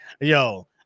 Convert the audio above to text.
Yo